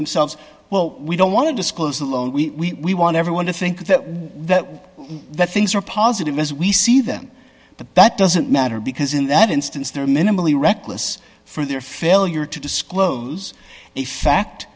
themselves well we don't want to disclose alone we want everyone to think that that things are positive as we see them the bat doesn't matter because in that instance they're minimally reckless for their failure to disclose a fact